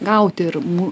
gauti ir mu